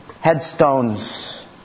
headstones